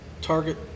target